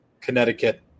Connecticut